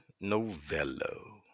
Novello